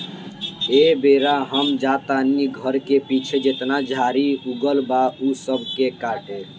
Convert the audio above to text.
एह बेरा हम जा तानी घर के पीछे जेतना झाड़ी उगल बा ऊ सब के काटे